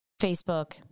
Facebook